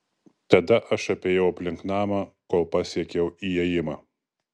tada aš apėjau aplink namą kol pasiekiau įėjimą